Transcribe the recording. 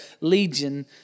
legion